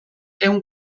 ehun